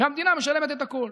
והמדינה משלמת את הכול.